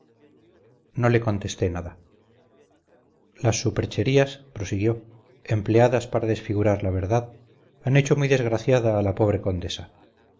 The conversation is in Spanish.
no le contesté nada las supercherías prosiguió empleadas para desfigurar la verdad han hecho muy desgraciada a la pobre condesa